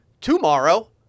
tomorrow